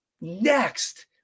next